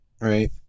Right